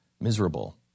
miserable